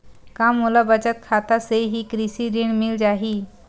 का मोला बचत खाता से ही कृषि ऋण मिल जाहि?